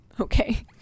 Okay